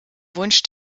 wunsch